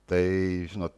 tai žinot